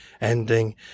ending